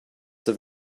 have